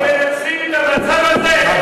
אזעקה לפני שאתה ככה צועק, איזה התרעה, שנדע,